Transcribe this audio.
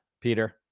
Peter